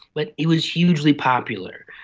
but it was hugely popular.